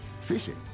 fishing